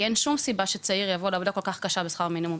כי אין שום סיבה שצעיר יבוא לעבודה כל כך קשה בשכר מינימום,